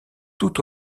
tout